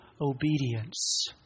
obedience